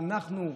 אנחנו,